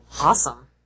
Awesome